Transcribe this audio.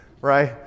right